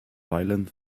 silent